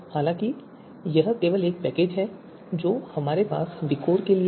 हालाँकि यह केवल एक पैकेज है जो हमारे पास विकोर के लिए है